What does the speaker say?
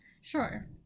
Sure